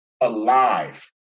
alive